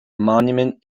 monument